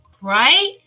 Right